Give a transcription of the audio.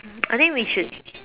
I think we should